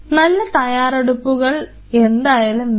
നല്ല തയ്യാറെടുപ്പുകൾ എന്തായാലും വേണം